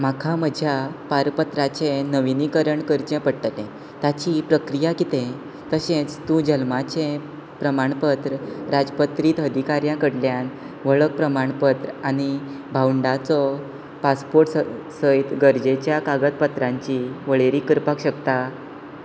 म्हाका म्हज्या पारपत्राचें नविनीकरण करचें पडटलें ताची प्रक्रिया कितें तशेंच तूं जल्माचें प्रमाणपत्र राजपत्रीत अधिकाऱ्यां कडल्यान वळख प्रमाणपत्र आनी भावंडाचो पासपोर्ट स सयत गरजेच्या कागदपत्रांची वळेरी करपाक शकता